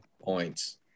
points